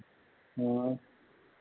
हाँ